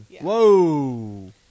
Whoa